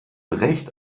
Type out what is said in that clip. recht